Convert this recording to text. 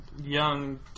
Young